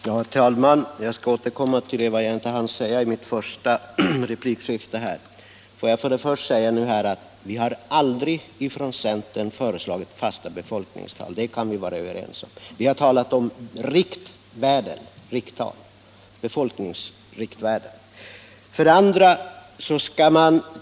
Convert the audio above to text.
Herr talman! Jag skall ta upp en fråga som jag inte hann beröra i min första replik. Vi har aldrig från centern föreslagit fasta befolkningstal. Vi har talat om befolkningsriktvärden.